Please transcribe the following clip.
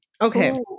Okay